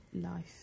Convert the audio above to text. life